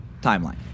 timeline